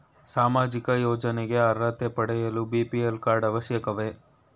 ಸಾಮಾಜಿಕ ಯೋಜನೆಗೆ ಅರ್ಹತೆ ಪಡೆಯಲು ಬಿ.ಪಿ.ಎಲ್ ಕಾರ್ಡ್ ಅವಶ್ಯಕವೇ?